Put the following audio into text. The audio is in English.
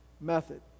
method